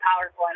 powerful